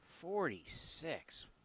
forty-six